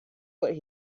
what